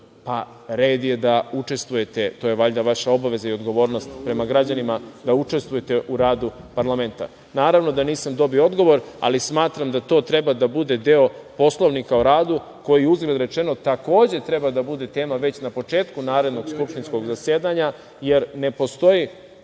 red je da učestvujete, to je valjda vaša obaveza i odgovornost prema građanima da učestvujete u radu parlamenta. Naravno da nisam dobio odgovor, ali smatram da to treba da bude deo Poslovnika o radu, koji, uzgred rečeno, takođe treba da bude tema već na početku narednog skupštinskog zasedanja, jer ne postoji